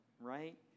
right